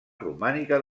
romànica